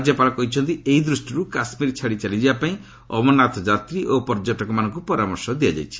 ରାଜ୍ୟପାଳ କହିଛନ୍ତି ଏହି ଦୃଷ୍ଟିରୁ କାଶ୍ମୀର ଛାଡ଼ି ଚାଲିଯିବାପାଇଁ ଅମରନାଥ ଯାତ୍ରୀ ଓ ପର୍ଯ୍ୟଟକମାନଙ୍କୁ ପରାମର୍ଶ ଦିଆଯାଇଛି